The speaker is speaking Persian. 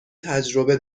تجربه